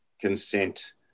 consent